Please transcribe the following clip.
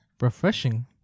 refreshing